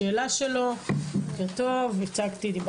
כדי.